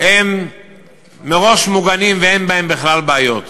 הם מראש מוגנים ואין בהם בכלל בעיות.